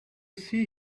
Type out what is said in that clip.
see